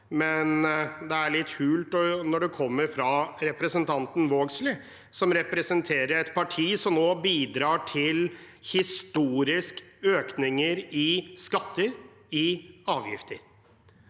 Men det er litt hult når det kommer fra representanten Vågslid, som representerer et parti som nå bidrar til historiske økninger i skatter og avgifter.